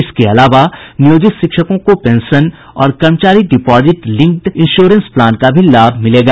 इसके अलावा नियोजित शिक्षकों को पेंशन और कर्मचारी डिपोजिट लिंक्ड इंश्योरेंस प्लान का भी लाभ मिलेगा